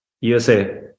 USA